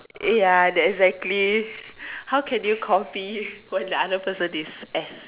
ya that exactly how can you copy when the other person is